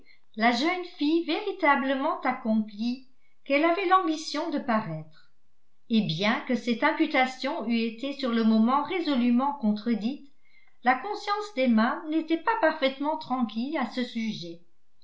la jeune fille véritablement accomplie qu'elle avait l'ambition de paraître et bien que cette imputation eût été sur le moment résolument contredite la conscience d'emma n'était pas parfaitement tranquille à ce sujet